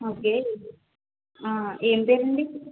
okay ఏం పేరండి